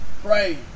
pray